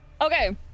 Okay